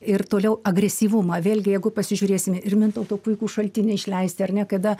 ir toliau agresyvumą vėlgi jeigu pasižiūrėsime ir mintauto puikūs šaltiniai išleisti ar ne kada